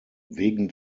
wegen